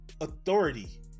Authority